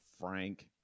Frank